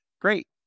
Great